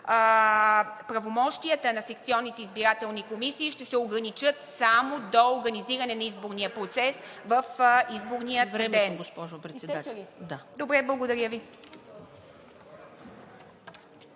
Правомощията на секционните избирателни комисии ще се ограничат само до организиране на изборния процес в изборния ден... (Председателят